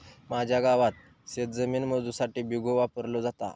माझ्या गावात शेतजमीन मोजुसाठी बिघो वापरलो जाता